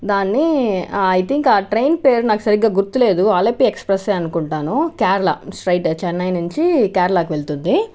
దాన్ని I think ఆ train పేరు నాకు సరిగ్గా గుర్తులేదు అలపి ఎక్సప్రెస్ ఏ అనుకుంటాను కేరళ స్ట్రైట్ ఏ చెన్నై నుంచి కేరళకు వెళ్తుంది